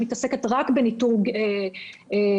שמתעסקת רק בניטור קרבה,